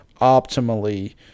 optimally